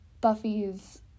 Buffy's